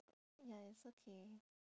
ya it's okay